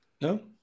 No